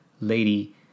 lady